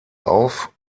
auf